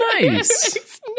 Nice